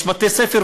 יש בתי-ספר,